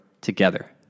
together